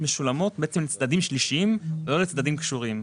משולמות לצדדים שלישיים ולא לצדדים קשורים.